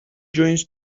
joins